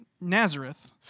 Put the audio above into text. Nazareth